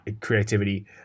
creativity